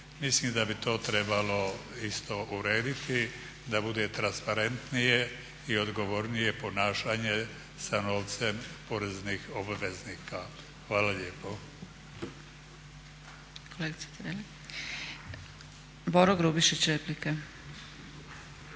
Mislim da bi to trebalo isto urediti da bude transparentnije i odgovornije ponašanje sa novcem poreznih obveznika. Hvala lijepo.